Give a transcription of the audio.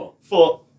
four